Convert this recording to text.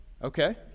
Okay